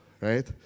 right